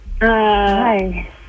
Hi